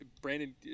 Brandon